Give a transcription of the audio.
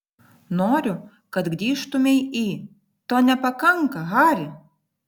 noriu kad grįžtumei į to nepakanka hari